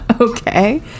Okay